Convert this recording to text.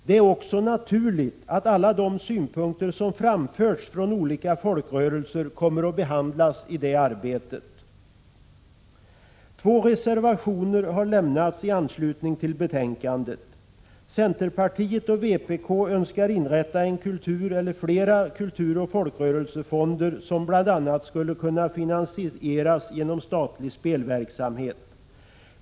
Det är också naturligt att alla de synpunkter som framförts från olika folkrörelser kommer att behandlas i det arbetet. Två reservationer har lämnats i anslutning till betänkandet. Centerpartiet och vpk önskar inrätta flera kulturoch folkrörelsefonder som bl.a. skulle kunna finansieras genom statlig spelverksamhet.